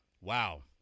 wow